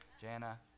Jana